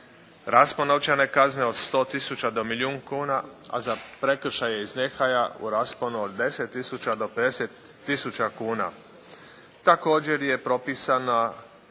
Raspon novčane kazne od 100 tisuća do milijun kuna a za prekršaje iz nehaja u rasponu od 10 tisuća do 50 tisuća kuna. Također je propisana